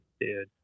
dude